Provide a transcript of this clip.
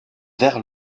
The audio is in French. vers